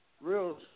real